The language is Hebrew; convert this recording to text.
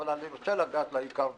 אבל אני רוצה לגעת בעיקר גברתי.